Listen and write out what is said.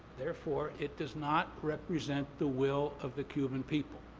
therefore, it does not represent the will of the cuban people.